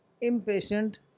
impatient